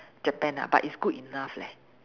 Japan ah but it's good enough leh